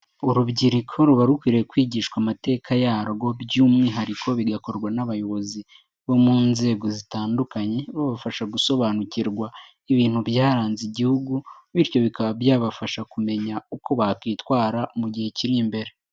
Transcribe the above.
uUrubyiruko ruba rukwiriye kwigishwa amateka yarwo by'umwihariko bigakorwa n'abayobozi bo mu nzego zitandukanye, babafasha gusobanukirwa ibintu byaranze igihugu, bityo bikaba byabafasha kumenya uko bakwitwara mu gihe kiri imbere.